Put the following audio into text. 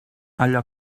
allò